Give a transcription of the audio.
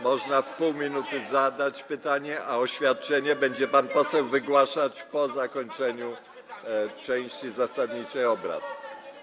Można w pół minuty zadać pytanie, a oświadczenie pan poseł może wygłosić po zakończeniu części zasadniczej obrad.